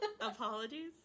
Apologies